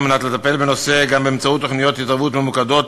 כדי לטפל בנושא גם באמצעות תוכניות התערבות ממוקדות,